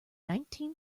nineteen